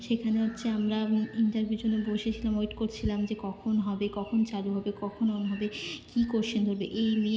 সেখানে হচ্ছে আমরা ইন্টারভিউর জন্য বসেছিলাম ওয়েট করছিলাম যে কখন হবে কখন চালু হবে কখন হবে কী কোয়েশ্চেন ধরবে এই নিয়ে